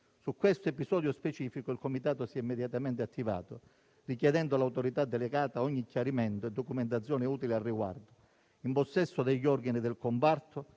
Su questo episodio specifico il Comitato si è immediatamente attivato, richiedendo all'autorità delegata ogni chiarimento e documentazione utile al riguardo, in possesso degli organi del comparto